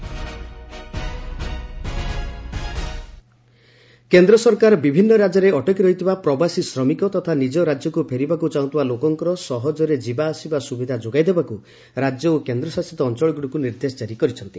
inter state movement କେନ୍ଦ୍ର ସରକାର ବିଭିନୁ ରାଜ୍ୟରେ ଅଟକି ରହିଥିବା ପ୍ରବାସୀ ଶ୍ରମିକ ତଥା ନିଜ ରାଜ୍ୟକୁ ଫେରିବାକୁ ଚାହୁଁଥବା ଲୋକଙ୍କର ସହଜରେ ଯିବାଆସିବା ସୁବିଧା ଯୋଗାଇଦେବାକୁ ରାଜ୍ୟ ଓ କେନ୍ଦ୍ରଶାସିତ ଅଞ୍ଚଳଗୁଡ଼ିକୁ ନିର୍ଦ୍ଦେଶ ଜାରି କରିଛନ୍ତି